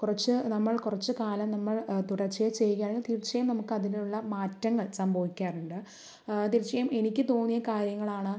കുറച്ച് നമ്മൾ കുറച്ച് കാലം നമ്മൾ തുടർച്ചയായി ചെയ്യുകയാണെങ്കിൽ തീർച്ചയായും നമുക്ക് അതിനുള്ള മാറ്റങ്ങൾ സംഭവിക്കാറുണ്ട് തീർച്ചയായും എനിക്ക് തോന്നിയ കാര്യങ്ങളാണ്